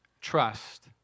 trust